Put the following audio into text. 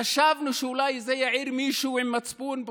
חשבנו שאולי זה יעיר מישהו עם מצפון,